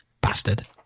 bastard